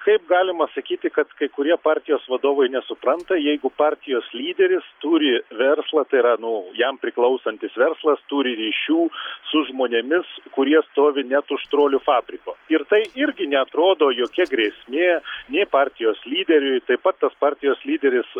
kaip galima sakyti kad kai kurie partijos vadovai nesupranta jeigu partijos lyderis turi verslą tai yra nu jam priklausantis verslas turi ryšių su žmonėmis kurie stovi net už trolių fabriko ir tai irgi neatrodo jokia grėsmė nei partijos lyderiui taip pat tas partijos lyderis